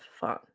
fun